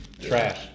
Trash